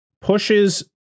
pushes